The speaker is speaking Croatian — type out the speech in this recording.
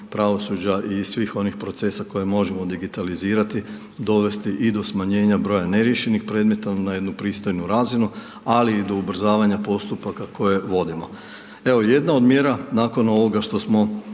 pravosuđa i svih onih procesa koje možemo digitalizirati, dovesti i do smanjenja broja neriješenih predmeta na jednu pristojnu razinu, ali i do ubrzavanja postupaka koje vodimo. Evo, jedna od mjera nakon ovoga što smo